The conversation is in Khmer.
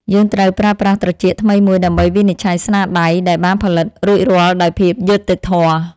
យើងត្រូវប្រើប្រាស់ត្រចៀកថ្មីមួយដើម្បីវិនិច្ឆ័យស្នាដៃដែលបានផលិតរួចរាល់ដោយភាពយុត្តិធម៌។